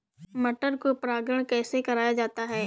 मटर को परागण कैसे कराया जाता है?